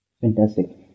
Fantastic